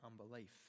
unbelief